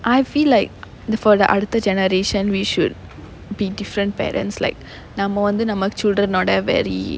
I feel like the for the அடுத்த:adutha generation we should be different parents like நாம வந்து நம்ம:naama vanthu namma children ஓட:oada very